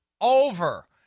Over